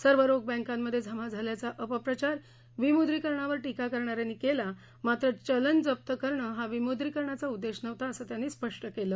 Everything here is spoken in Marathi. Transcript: सर्व रोख बँकांमध्ये जमा झाल्याचा अपप्रचार विमुद्रीकरणावर टीका करणाऱ्यांनी केला मात्र चलन जप्तं करणं हा विमुद्रीकरणाचा उद्देश नव्हता असं त्यांनी स्पष्ट केलं